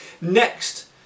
next